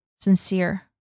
sincere